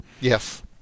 Yes